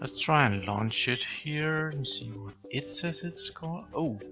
ah try and and launch it here and see what it says its called. oh!